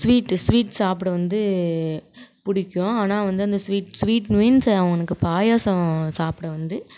sweet sweet சாப்பிட வந்து பிடிக்கும் ஆனால் வந்து அந்த ஸ்வீட் ஸ்வீட் மீன்ஸ் அவனுக்கு பாயசம் சாப்பிட வந்து